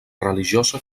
religiosa